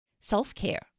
Self-care